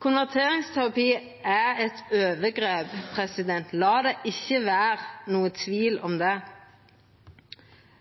Konverteringsterapi er eit overgrep – la det ikkje vera nokon tvil om det.